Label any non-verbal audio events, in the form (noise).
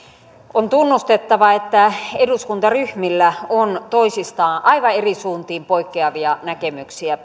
on tunnustettava että eduskuntaryhmillä on aivan eri suuntiin toisistaan poikkeavia näkemyksiä (unintelligible)